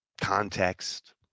context